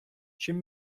чим